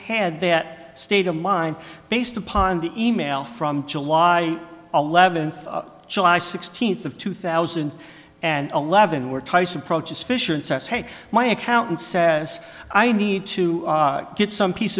had that state of mind based upon the email from july eleventh july sixteenth of two thousand and eleven where tice approaches fisher and says hey my accountant says i need to get some piece